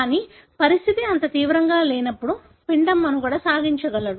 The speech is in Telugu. కానీ పరిస్థితి అంత తీవ్రంగా లేనప్పుడు పిండం మనుగడ సాగించగలదు